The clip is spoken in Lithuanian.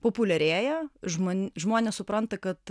populiarėja žmon žmonės supranta kad